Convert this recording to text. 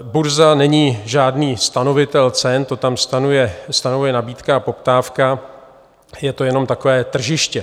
Burza není žádný stanovitel cen, to tam stanovuje nabídka a poptávka, je to jenom takové tržiště.